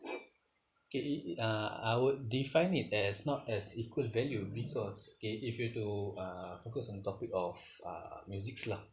okay it it uh I would define it as not as equal value because okay if you were to uh focus on topic of uh musics lah